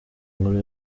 nkuru